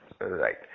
right